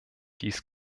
dies